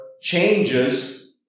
changes